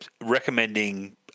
recommending